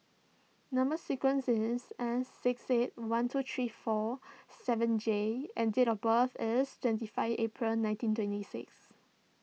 Number Sequence is S six eight one two three four seven J and date of birth is twenty five April nineteen twenty six